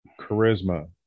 charisma